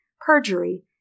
perjury